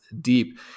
deep